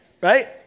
Right